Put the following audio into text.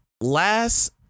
last